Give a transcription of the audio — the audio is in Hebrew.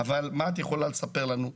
אבל מה את יכולה לספר לנו?